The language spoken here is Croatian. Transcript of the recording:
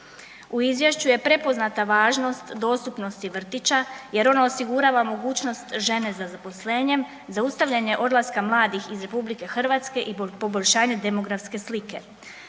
U izvješću je prepoznata važnost dostupnosti vrtića jer ono osigurava mogućnost žene za zaposlenjem, zaustavljanjem odlaska mladih iz RH i poboljšanje demografske slike.